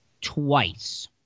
twice